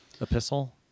epistle